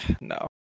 No